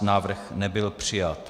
Návrh nebyl přijat.